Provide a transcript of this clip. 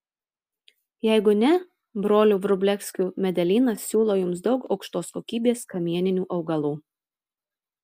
jeigu ne brolių vrublevskių medelynas siūlo jums daug aukštos kokybės kamieninių augalų